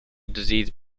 disease